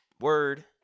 word